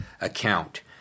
account